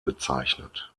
bezeichnet